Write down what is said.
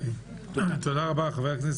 אתה הבעת